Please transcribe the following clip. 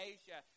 Asia